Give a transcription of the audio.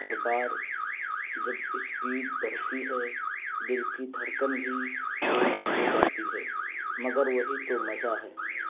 ہر بار جب اسپیڈ بڑھتی ہے دل کی دھڑکن بھی تیز ہو جاتی ہے مگر وہی تو مزہ ہے